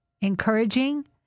encouraging